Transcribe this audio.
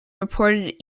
reported